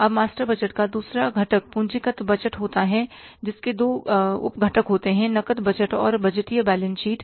अब master budget का दूसरा घटक पूंजीगत बजट होता हैं जिसके दो उप घटक होते हैं नकद बजट और बजटीय बैलेंस शीट